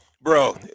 Bro